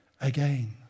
again